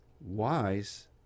wise